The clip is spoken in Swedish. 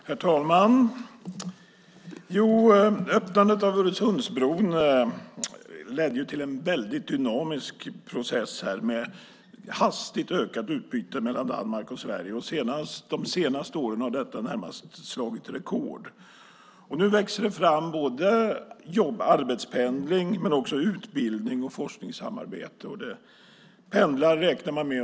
Herr talman! Öppnandet av Öresundsbron ledde till en väldigt dynamisk process med hastigt ökat utbyte mellan Danmark och Sverige. De senaste åren har detta närmast slagit rekord. Nu växer det fram både arbetspendling och utbildnings och forskningssamarbete.